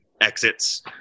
exits